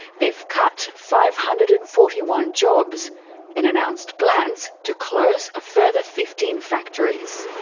they've cut five hundred and forty one jobs and announced plans to close a further fifteen factories.